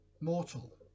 Mortal